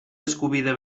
eskubide